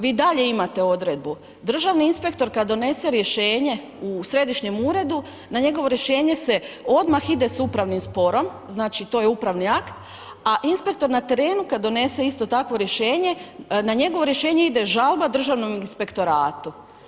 Vi i dalje imate odredbu, državni inspektor kad donese rješenje u Središnjem uredu, na njegovo rješenje se odmah ide s upravnim sporom, znači to je upravi akt a inspektor na terenu kad donese isto takvo rješenje, na njegovo rješenje ide žalba Državnom inspektoratu.